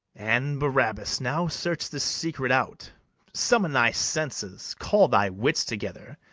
and, barabas, now search this secret out summon thy senses, call thy wits together